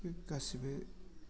बे गासिबो